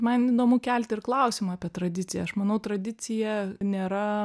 man įdomu kelti ir klausimą apie tradiciją aš manau tradicija nėra